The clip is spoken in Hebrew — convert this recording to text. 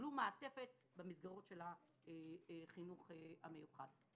שקיבלו מעטפת במסגרות של החינוך המיוחד.